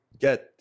get